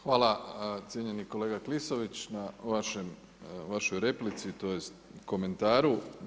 Hvala cijenjeni kolega Klisović na vašoj replici tj. komentaru.